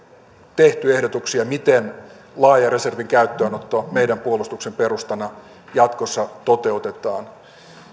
tehty ehdotuksia miten laaja reservin käyttöönotto meidän puolustuksemme perustana jatkossa toteutetaan